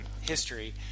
history